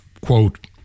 quote